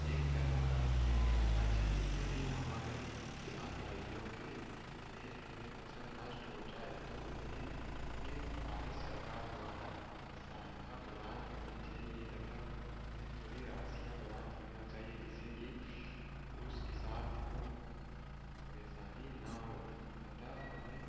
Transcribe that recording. एक तरह का नियम बनाना चाहिए यदि हमारे किसान भाइयों के खेत में फसल नष्ट हो जाए तो उन्हें भारत सरकार द्वारा सहायता प्रदान करनी चाहिए तथा उन्हें थोड़ी राशियां प्रदान करना चाहिए जिससे कि उस किसान को परेशानी न हो अतः हमें